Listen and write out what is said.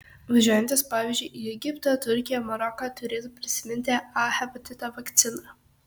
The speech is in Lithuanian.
važiuojantys pavyzdžiui į egiptą turkiją maroką turėtų prisiminti a hepatito vakciną